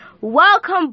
Welcome